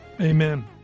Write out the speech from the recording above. amen